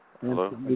Hello